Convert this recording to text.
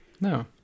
No